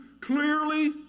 clearly